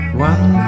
one